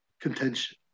contention